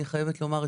אני חייבת לומר,